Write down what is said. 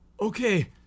Okay